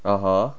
(uh huh)